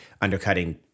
undercutting